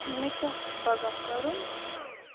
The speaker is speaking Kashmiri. مےٚ کیٛاہ چھُ پَگاہ کَرُن